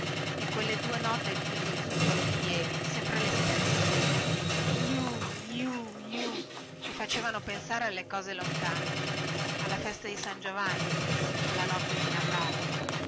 e quelle due note dello zufolo di jeli sempre le stesse iuh iuh iuh che facevano pensare alle cose lontane alla festa di san giovanni alla notte di natale